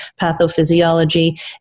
pathophysiology